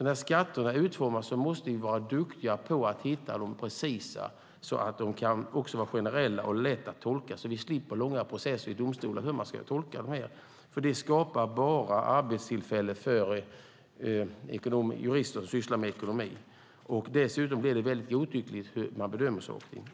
När skatter utformas måste vi vara duktiga på att göra dem precisa så att de kan vara generella och lätta att tolka så att vi slipper långa processer i domstolar om hur de ska tolkas. Det skapar bara arbetstillfällen för jurister som sysslar med ekonomi. Dessutom blir det mycket godtyckligt hur man bedömer saker och ting.